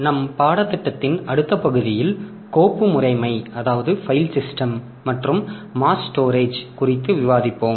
நம் பாடத்திட்டத்தின் அடுத்த பகுதியில் கோப்பு முறைமை மற்றும் மாஸ் ஸ்டோரேஜ் குறித்து விவாதிப்போம்